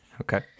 Okay